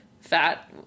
fat